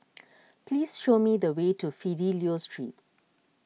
please show me the way to Fidelio Street